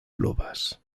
pluvas